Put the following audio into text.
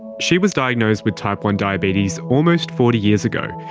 she was diagnosed with type one diabetes almost forty years ago.